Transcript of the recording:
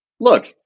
Look